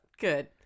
Good